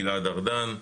גלעד ארדן,